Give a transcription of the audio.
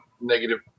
negative